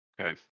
Okay